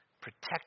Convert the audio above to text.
Protect